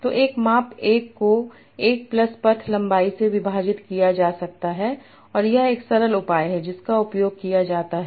तो एक माप 1 को 1 प्लस पथ लंबाई से विभाजित किया जा सकता है और यह एक सरल उपाय है जिसका उपयोग किया जाता है